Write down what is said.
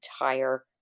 entire